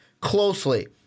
closely